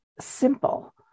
simple